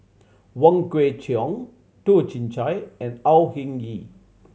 Wong Kwei Cheong Toh Chin Chye and Au Hing Yee